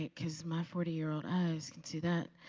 because my forty year old eyes can see that.